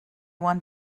one